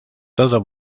todo